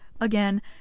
again